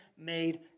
made